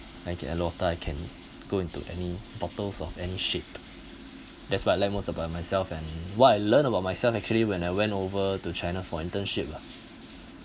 like a water I can go into any bottles of any shape that's what I love most about myself and what I learn about myself actually when I went over to china for internship ah